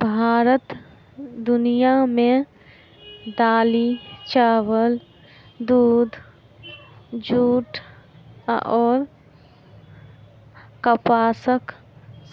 भारत दुनिया मे दालि, चाबल, दूध, जूट अऔर कपासक